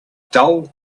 dull